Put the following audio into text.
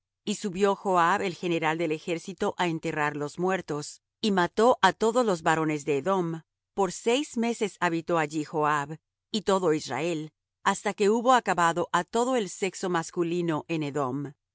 y subió joab el general del ejército á enterrar los muertos y mató á todos los varones de edom porque seis meses habitó allí joab y todo israel hasta que hubo acabado á todo el sexo masculino en edom